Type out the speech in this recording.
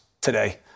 today